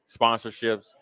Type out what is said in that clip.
sponsorships